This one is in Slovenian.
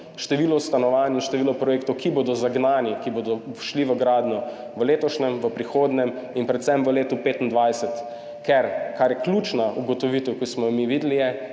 število stanovanj in število projektov, ki bodo zagnani, ki bodo šli v gradnjo v letošnjem, v prihodnjem in predvsem v letu 2025, kar je ključna ugotovitev, ki smo jo mi videli,